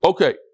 Okay